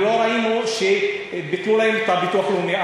ולא ראינו שביטלו להם את הביטוח הלאומי.